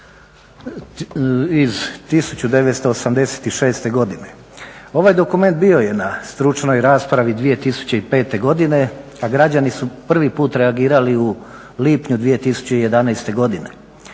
iz 1986. godine. Ovaj dokument bio je na stručnoj raspravi 2005. godine, a građani su prvi put reagirali u lipnju 2011. godine